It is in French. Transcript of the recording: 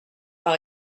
par